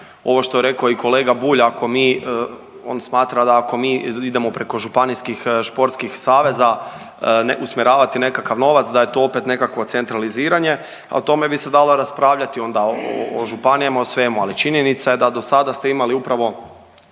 ovo što je rekao i kolega Bulj, ako mi, on smatra da ako mi idemo preko županijskih športskih saveza usmjeravati nekakav novac da je to opet nekakvo centraliziranje, a o tome bi se dalo raspravljati onda o županijama i o svemu, ali činjenica je da dosada ste imali upravo